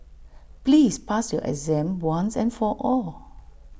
please pass your exam once and for all